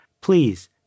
please